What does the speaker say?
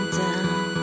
down